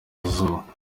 izuba